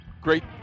great